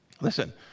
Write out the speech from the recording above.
Listen